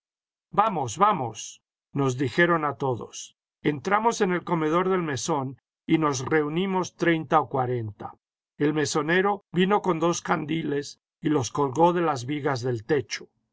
vamos vamos nos dijeron a todos entramos en el comedor del mesón y nos reunimos treinta o cuarenta el mesonero vino con dos candiles y los colgó de las vigas del techo